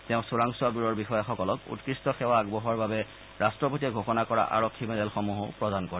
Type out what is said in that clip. তেওঁ চোৰাংচোৱা ব্যুৰৰ বিষয়াসকলক উৎকৃষ্ট সেৱা আগবঢ়োৱাৰ বাবে ৰাষ্ট্ৰপতিয়ে ঘোষণা কৰা আৰক্ষী মেডেলসমূহো প্ৰদান কৰে